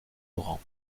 laurent